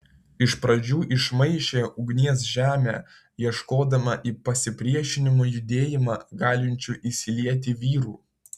iš pradžių išmaišė ugnies žemę ieškodama į pasipriešinimo judėjimą galinčių įsilieti vyrų